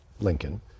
Lincoln